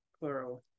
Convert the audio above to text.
Plural